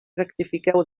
rectifiqueu